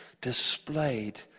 displayed